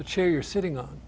the chair you're sitting on